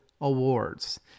awards